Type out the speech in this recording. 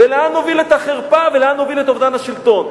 ולאן נוביל את החרפה, ולאן נוביל את אובדן השלטון?